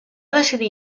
decidir